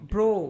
Bro